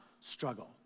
struggle